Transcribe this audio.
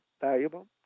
valuable